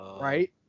Right